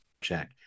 check